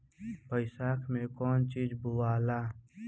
बैसाख मे कौन चीज बोवाला?